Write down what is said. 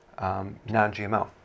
non-GMO